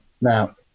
Now